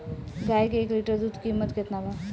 गाय के एक लीटर दूध कीमत केतना बा?